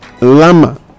Lama